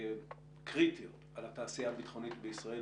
קריטיות על התעשייה הביטחונית בישראל,